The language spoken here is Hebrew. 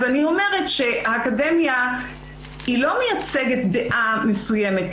אני אומרת שהאקדמיה לא מייצגת דעה מסוימת.